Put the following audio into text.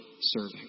serving